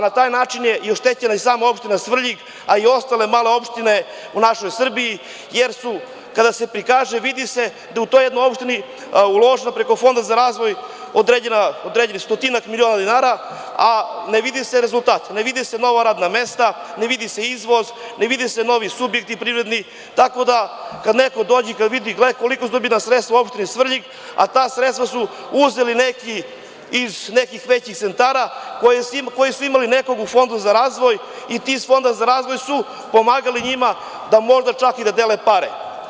Na taj način je oštećena i sama opština Svrljig, a i ostale male opštine u našoj Srbiji, jer kada se prikaže, vidi se da je u toj jednoj opštini uloženo preko Fonda za razvoj stotinak miliona dinara, a ne vidi se rezultat, ne vide se nova radna mesta, ne vidi se izvoz, ne vide se novi privredni subjekti, tako da kada neko dođe i kada vidi kolika su to bila sredstva opštini Svrljig, a ta sredstva su uzeli neki iz nekih većih centara koji su imali nekog u Fondu za razvoj i ti iz Fonda za razvoj su pomagali njima možda čak i da dele pare.